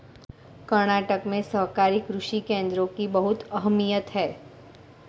कर्नाटक में सहकारी कृषि केंद्रों की बहुत अहमियत है